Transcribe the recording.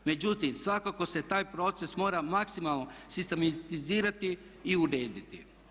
Međutim, svakako se taj proces mora maksimalno sistematizirati i urediti.